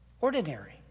Ordinary